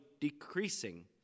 decreasing